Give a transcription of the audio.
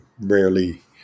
rarely